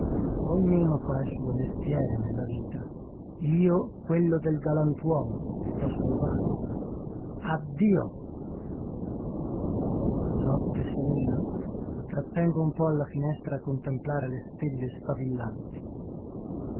ognuno fa il suo mestiere nella vita io quello del galantuomo e t'ho salvato addio notte serena i trattengo un po alla finestra a contemplare le stelle sfavillanti